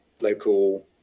local